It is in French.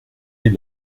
est